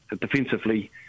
defensively